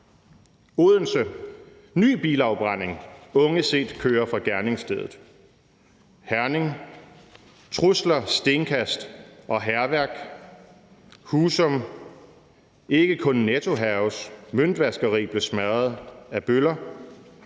Odense: »Ny bilafbrænding: Unge set køre fra gerningsstedet«. Herning: »Trusler, stenkast og hærværk«. Husum: »Ikke kun Netto hærges: Møntvaskeri blev smadret af bøller«.